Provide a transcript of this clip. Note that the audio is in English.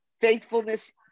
faithfulness